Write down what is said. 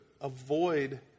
avoid